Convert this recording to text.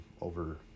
over